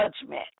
judgment